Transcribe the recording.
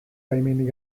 baimenik